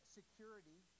security